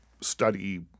study